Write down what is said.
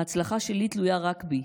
ההצלחה שלי תלויה רק בי